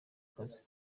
akazi